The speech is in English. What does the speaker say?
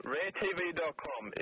RareTV.com